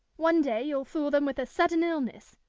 one day you'll fool them with a sudden illness,